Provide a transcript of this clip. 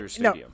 no